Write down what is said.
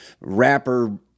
rapper